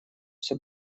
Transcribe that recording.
все